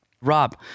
Rob